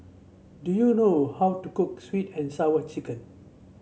do you know how to cook sweet and Sour Chicken